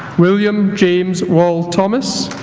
william james wall thomas